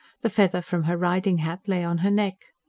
the feather from her riding-hat lay on her neck.